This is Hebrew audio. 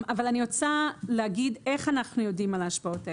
אבל אני רוצה להגיד איך אנחנו יודעים על ההשפעות האלה.